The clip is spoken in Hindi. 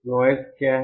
नॉइज़ क्या है